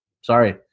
Sorry